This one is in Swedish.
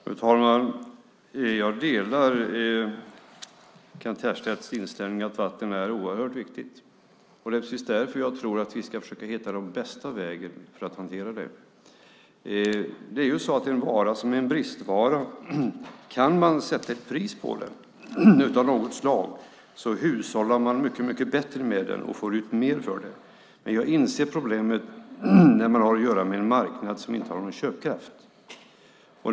Fru talman! Jag delar Kent Härstedts inställning att vatten är oerhört viktigt. Det är precis därför som jag tror att vi ska försöka hitta den bästa vägen för att hantera det. Det är en bristvara. Kan man sätta ett pris på den av något slag hushållar man mycket bättre med den och får ut mer för det. Men jag inser problemet när man har att göra med en marknad som inte har någon köpkraft.